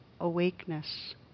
awakeness